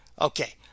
Okay